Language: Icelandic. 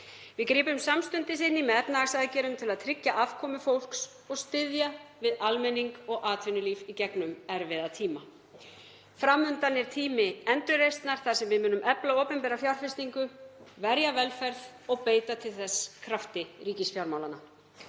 Við gripum samstundis inn í með efnahagsaðgerðum til að tryggja afkomu fólks og styðja við almenning og atvinnulíf í gegnum erfiða tíma. Fram undan er tími endurreisnar þar sem við munum efla opinbera fjárfestingu, verja velferð og beita til þess krafti ríkisfjármálanna.